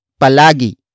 palagi